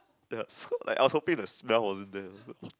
ya like so I was hoping the smell wasn't there